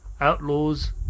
Outlaws